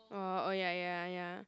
oh oh ya ya ya